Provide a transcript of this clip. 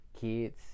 Kids